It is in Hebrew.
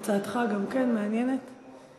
ההצעה לכלול את הנושא בסדר-היום של הכנסת נתקבלה.